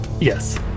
Yes